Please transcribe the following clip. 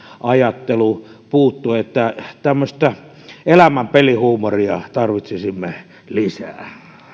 ajattelu puuttuu tämmöistä elämän pelihuumoria tarvitsisimme lisää